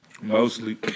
Mostly